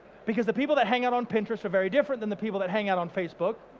because the people that hang out on pinterest are very different than the people that hang out on facebook,